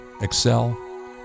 excel